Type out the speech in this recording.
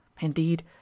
indeed